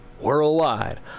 Worldwide